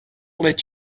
let